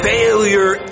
Failure